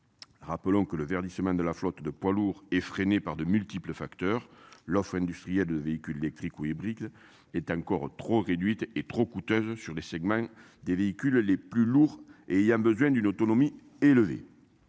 Rappelons que le verdissement de la flotte de poids lourds effréné par de multiples facteurs loft industriel de véhicules électriques ou hybrides est encore trop réduite et trop coûteuses sur les segments des véhicules les plus lourds et il y a besoin d'une autonomie élevée.